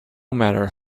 matter